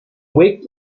week